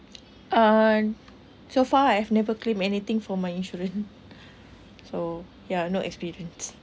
uh so far I've never claim anything for my insurance so ya no experience